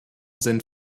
sind